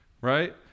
Right